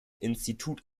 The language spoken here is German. institut